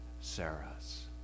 Sarah's